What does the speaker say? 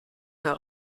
herr